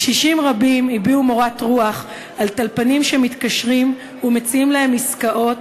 קשישים רבים הביעו מורת רוח על טלפנים שמתקשרים ומציעים להם עסקאות,